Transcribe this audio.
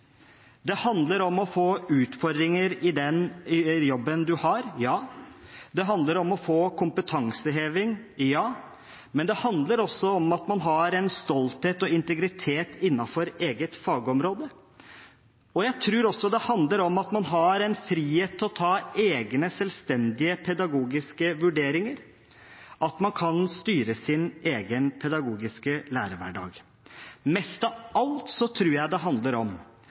Det handler om å få utfordringer i den jobben man har, ja. Det handler om å få kompetanseheving, ja, men det handler også om at man har en stolthet og integritet innenfor eget fagområde. Jeg tror også det handler om at man har en frihet til å ta egne, selvstendige pedagogiske vurderinger, at man kan styre sin egen pedagogiske lærerhverdag. Mest av alt tror jeg det handler om